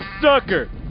sucker